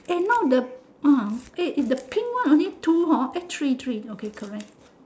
eh now the ah the pink one only two hor eh three three okay correct